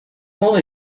only